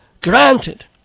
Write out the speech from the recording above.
granted